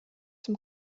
zum